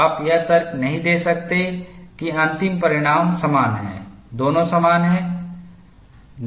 आप यह तर्क नहीं दे सकते कि अंतिम परिणाम समान हैं दोनों समान हैं